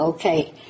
Okay